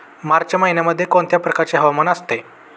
मार्च महिन्यामध्ये कोणत्या प्रकारचे हवामान असते?